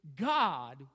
God